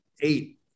eight